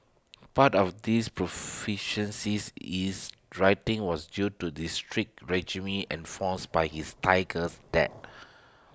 part of this proficiencies is writing was due to the strict regime enforced by his tigers dad